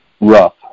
rough